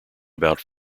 about